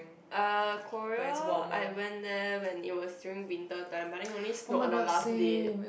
ah Korea I went there when it was during winter time but then it only snowed on the last day